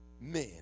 men